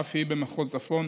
אף היא במחוז צפון.